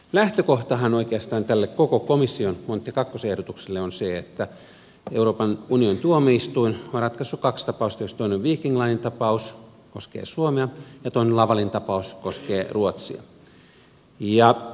lähtökohtahan oikeastaan tälle koko komission monti ii ehdotukselle on se että euroopan unionin tuomioistuin on ratkaissut kaksi tapausta joista toinen on viking linen tapaus koskee suomea ja toinen lavalin tapaus koskee ruotsia